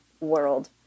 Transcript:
world